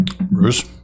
Bruce